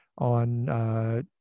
on